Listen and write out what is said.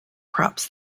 crops